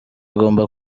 agomba